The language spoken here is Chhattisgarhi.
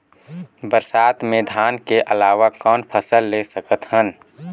बरसात मे धान के अलावा कौन फसल ले सकत हन?